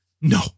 No